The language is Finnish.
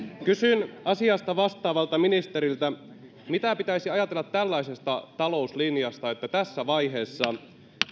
kysyn asiasta vastaavalta ministeriltä mitä pitäisi ajatella tällaisesta talouslinjasta että tässä vaiheessa